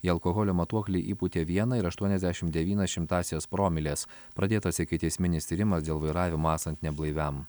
į alkoholio matuoklį įpūtė vieną ir aštuoniasdešim devynas šimtąsias promilės pradėtas ikiteisminis tyrimas dėl vairavimo esant neblaiviam